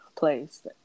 place